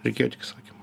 reikėjo tik įsakymo